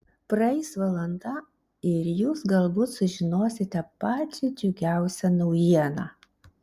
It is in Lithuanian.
praeis valanda ir jūs galbūt sužinosite pačią džiugiausią naujieną